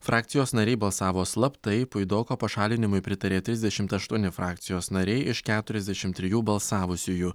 frakcijos nariai balsavo slaptai puidoko pašalinimui pritarė trisdešimt aštuoni frakcijos nariai iš keturiasdešim trijų balsavusiųjų